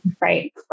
Right